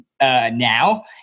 now